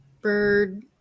bird